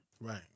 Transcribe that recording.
right